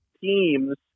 teams